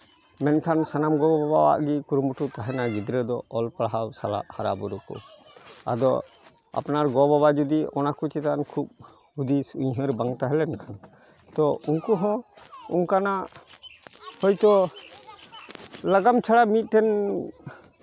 ᱢᱮᱱᱠᱷᱟᱱ ᱥᱟᱱᱟᱢ ᱜᱚᱼᱵᱟᱵᱟᱣᱟᱜ ᱜᱮ ᱠᱩᱨᱩᱢᱩᱴᱩ ᱛᱟᱦᱮᱱᱟ ᱜᱤᱫᱽᱨᱟᱹ ᱫᱚ ᱚᱞ ᱯᱟᱲᱦᱟᱣ ᱥᱟᱞᱟᱜ ᱦᱟᱨᱟ ᱵᱩᱨᱩ ᱠᱚ ᱟᱫᱚ ᱟᱯᱱᱟᱨ ᱜᱚᱼᱵᱟᱵᱟ ᱡᱩᱫᱤ ᱚᱱᱟ ᱠᱚ ᱪᱮᱛᱟᱱ ᱠᱷᱩᱵ ᱦᱩᱫᱤᱥ ᱩᱭᱦᱟᱹᱨ ᱵᱟᱝ ᱛᱟᱦᱮᱸᱞᱮᱱ ᱠᱷᱟᱱ ᱛᱚ ᱩᱝᱠᱩ ᱦᱚᱸ ᱚᱝᱠᱟᱱᱟᱜ ᱦᱳᱭᱛᱳ ᱞᱟᱜᱟᱢ ᱪᱷᱟᱲᱟ ᱢᱤᱫᱴᱮᱱ